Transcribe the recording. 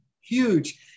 huge